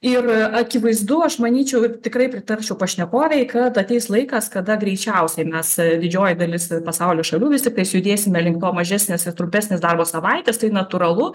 ir akivaizdu aš manyčiau ir tikrai pritarčiau pašnekovei kad ateis laikas kada greičiausiai mes didžioji dalis pasaulio šalių vis tiktais judėsime link to mažesnės ir trumpesnės darbo savaitės tai natūralu